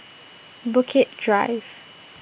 Bukit Drive